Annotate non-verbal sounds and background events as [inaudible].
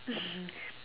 [laughs]